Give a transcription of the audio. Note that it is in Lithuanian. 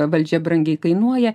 valdžia brangiai kainuoja